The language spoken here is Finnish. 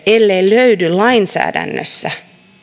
ellei löydy lainsäädännössä